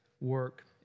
work